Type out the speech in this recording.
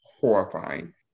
Horrifying